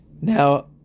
Now